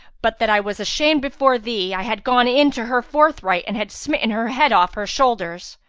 but that i was ashamed before thee, i had gone in to her forthright and had smitten her head off her shoulders!